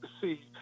see